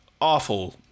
awful